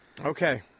Okay